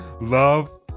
love